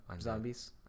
Zombies